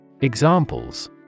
Examples